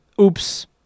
Oops